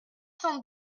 cent